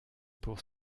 pour